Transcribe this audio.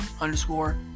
underscore